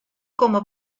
como